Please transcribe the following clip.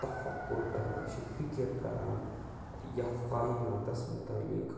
تفکُر کَران أسۍ چھِ فکر کَران یَتھ کایناتَس متعلق